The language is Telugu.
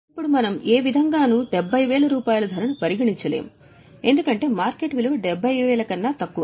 ఇప్పుడు మనం ఏ విధంగా నూ 70000 ధరను పరిగణించలేము ఎందుకంటే మార్కెట్ విలువ 70000 కన్నా తక్కువ